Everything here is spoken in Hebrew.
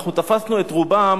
אנחנו תפסנו את רובם